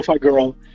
girl